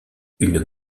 une